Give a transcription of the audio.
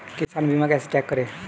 किसान बीमा कैसे चेक करें?